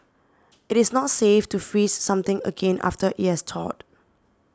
it is not safe to freeze something again after it has thawed